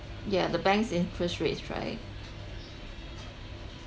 yeah the bank's interest rate is high